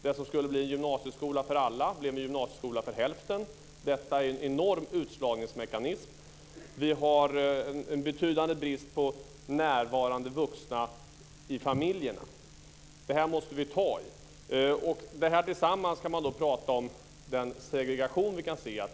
Det som skulle bli en gymnasieskola för alla blev en gymnasieskola för hälften. Detta är en enorm utslagningsmekanism. Det finns en betydande brist på närvarande vuxna i familjerna. Det här måste vi ta tag i. Sammantaget kan vi prata om den segregation som vi kan se.